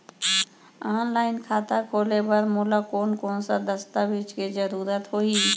Online खाता खोले बर मोला कोन कोन स दस्तावेज के जरूरत होही?